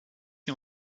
est